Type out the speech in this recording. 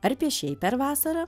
ar piešei per vasarą